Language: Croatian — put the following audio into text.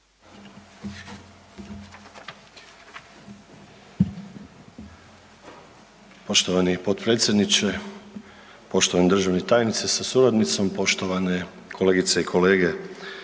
Poštovani potpredsjedniče, poštovani državni tajniče sa suradnicom, poštovane kolegice i kolege,